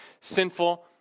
sinful